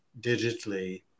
digitally